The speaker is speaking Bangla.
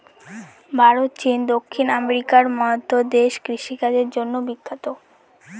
ভারত, চীন, দক্ষিণ আমেরিকার মতো দেশ কৃষিকাজের জন্য বিখ্যাত